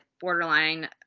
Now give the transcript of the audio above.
borderline